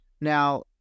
Now